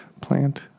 plant